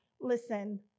Listen